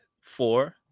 four